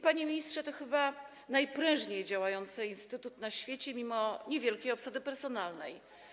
Panie ministrze, to chyba najprężniej działający instytut na świecie, mimo niewielkiej obsady personalnej.